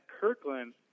Kirkland